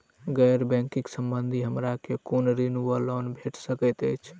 गैर बैंकिंग संबंधित हमरा केँ कुन ऋण वा लोन भेट सकैत अछि?